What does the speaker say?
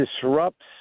disrupts